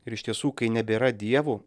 ir iš tiesų kai nebėra dievo